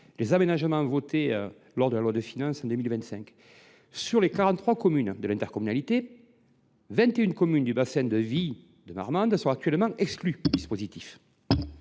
les aménagements votés dans le cadre de la loi de finances pour 2025. Sur les 43 communes qui composent l’intercommunalité, 21 communes du bassin de vie de Marmande sont actuellement exclues du dispositif.